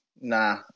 Nah